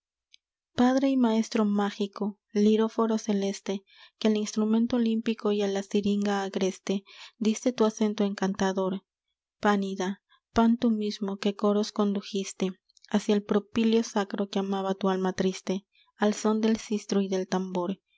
padre y maestro mágico liróforo celeste que al instrumento olímpico y a la siringa agreste diste tu acento encantador panida pan tú mismo que coros condujiste hacia el propíleo sacro que amaba tu alma triste al són del sistro y del tambor